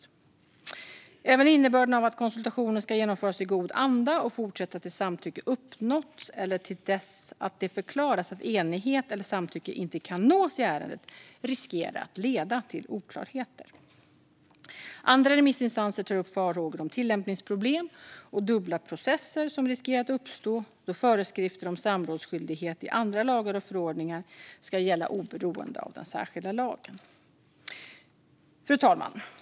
Även vad gäller innebörden av att konsultationen ska genomföras i god anda och fortsätta tills samtycke uppnåtts eller tills det förklaras att enighet eller samtycke inte kan nås i ärendet riskerar oklarheter att uppstå. Andra remissinstanser tar upp farhågor om tillämpningsproblem och dubbla processer som riskerar att uppstå då föreskrifter om samrådsskyldighet i andra lagar och förordningar ska gälla oberoende av den särskilda lagen. Fru talman!